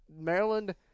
Maryland